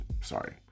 Sorry